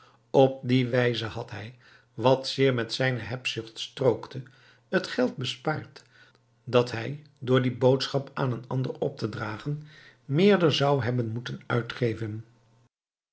op die wijze had hij wat zeer met zijne hebzucht strookte het geld bespaard dat hij door die boodschap aan een ander op te dragen meerder zou hebben moeten uitgeven